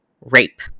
rape